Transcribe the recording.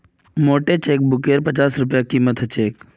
मोटे चेकबुकेर पच्चास रूपए कीमत ह छेक